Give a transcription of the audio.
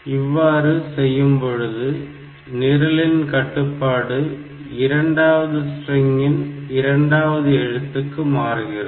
இவ்வாறு செய்யும்பொழுது நிரலின் கட்டுப்பாடு இரண்டாவது ஸ்ட்ரிங்கின் இரண்டாவது எழுத்துக்கு மாறுகிறது